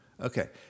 Okay